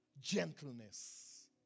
Gentleness